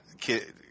kid